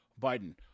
Biden